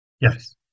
Yes